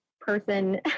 person